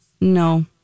no